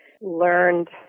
learned